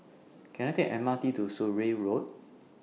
Can I Take The M R T to Surrey Road